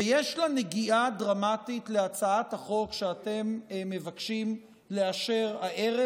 ויש לה נגיעה דרמטית להצעת החוק שאתם מבקשים לאשר הערב,